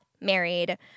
married